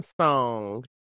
song